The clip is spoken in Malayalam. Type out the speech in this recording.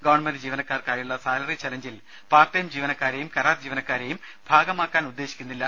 ഗവൺമെന്റ് ജീവനക്കാർക്കായുള്ള സാലറി ചലഞ്ചിൽ പാർട്ട് ടൈം ജീവനക്കാരെയും കരാർ ജീവനക്കാരെയും ഭാഗമാക്കാൻ ഉദ്ദേശിക്കുന്നില്ല